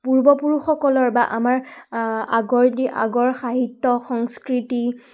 পূৰ্বপুৰুষসকলৰ বা আমাৰ আগৰ যি আগৰ সাহিত্য সংস্কৃতি